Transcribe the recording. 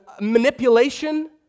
manipulation